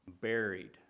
buried